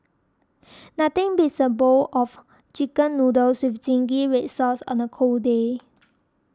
nothing beats a bowl of Chicken Noodles with Zingy Red Sauce on a cold day